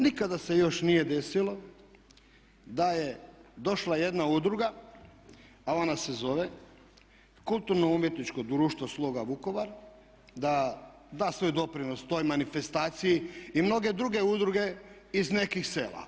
Nikada se još nije desilo da je došla jedna udruga a ona se zove Kulturno-umjetničko društvo "Sloga Vukovar" da da svoj doprinos toj manifestaciji i mnoge druge udruge iz nekih sela.